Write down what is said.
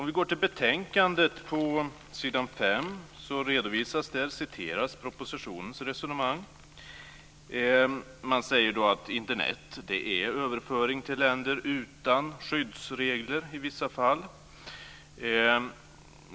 I betänkandet på s. 5 redovisas resonemanget i propositionen. Man säger att Internet är överföring till länder utan skyddsregler i vissa fall.